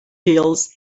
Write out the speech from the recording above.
hills